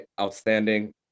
outstanding